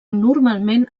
normalment